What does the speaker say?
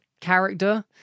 character